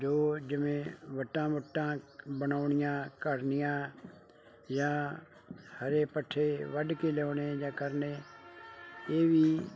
ਜੋ ਜਿਵੇਂ ਵੱਟਾਂ ਵੁੱਟਾਂ ਬਣਾਉਣੀਆਂ ਘੜਨੀਆਂ ਜਾਂ ਹਰੇ ਪੱਠੇ ਵੱਢ ਕੇ ਲਿਆਉਣੇ ਜਾਂ ਕਰਨੇ ਇਹ ਵੀ